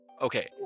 Okay